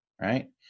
right